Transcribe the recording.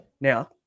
Now